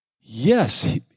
Yes